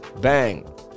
bang